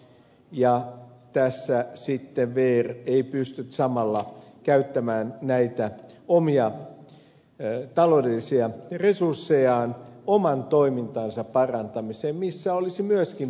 ja tässä sitten vr ei pysty samalla käyttämään näitä omia ta loudellisia resurssejaan oman toimintansa parantamiseen missä olisi myöskin paljon tekemistä